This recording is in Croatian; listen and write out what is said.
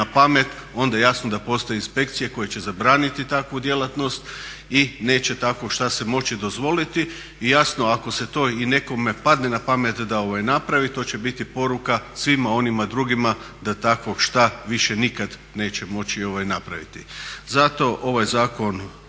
padne na pamet, onda jasno da postoje inspekcije koje će zabraniti takvu djelatnost i neće takvo šta se moći dozvoliti. I jasno, ako se to i nekome padne na pamet da napravi to će biti poruka svima onima drugima da takvog šta više nikad neće moći napraviti. Zato ovaj zakon